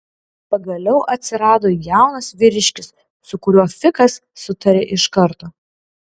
pagaliau atsirado jaunas vyriškis su kuriuo fikas sutarė iš karto